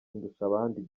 ndushabandi